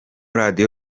radio